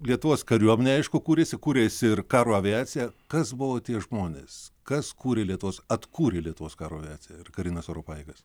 lietuvos kariuomenę aišku kūrėsi kūrėsi ir karo aviacija kas buvo tie žmonės kas kūrė lietuvos atkūrė lietuvos karo avijaciją ir karines oro pajėgas